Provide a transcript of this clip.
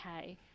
okay